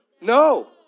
no